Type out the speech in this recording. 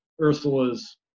Ursula's